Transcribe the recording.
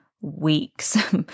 weeks